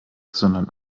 sondern